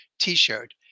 t-shirt